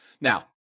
Now